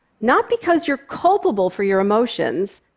not because you're culpable for your emotions,